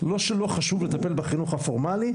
לא שלא חשוב לטפל בחינוך הפורמלי,